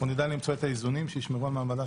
אנחנו נדע למצוא את האיזונים שישמרו על מעמדה